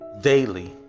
daily